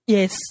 Yes